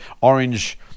orange